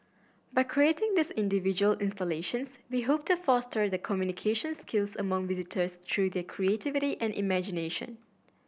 by creating these individual installations we hope to foster the communication skills among visitors through their creativity and imagination